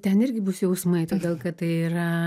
ten irgi bus jausmai todėl kad tai yra